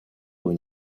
его